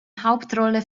hauptrolle